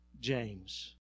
James